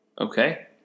Okay